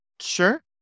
Sure